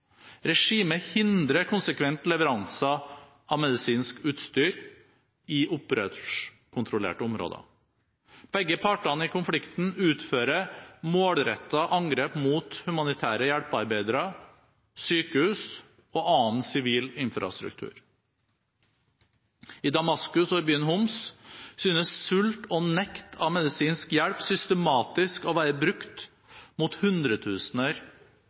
Regimet hindrer konsekvent leveranser av medisinsk utstyr i opprørskontrollerte områder. Begge partene i konflikten utfører målrettede angrep mot humanitære hjelpearbeidere, sykehus og annen sivil infrastruktur. I Damaskus og byen Homs synes sult og nekt av medisinsk hjelp systematisk å være brukt mot hundretusener